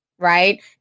Right